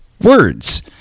words